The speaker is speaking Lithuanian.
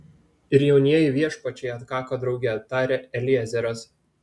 ir jaunieji viešpačiai atkako drauge tarė eliezeras